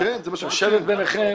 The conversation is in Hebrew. לשבת ביניכם,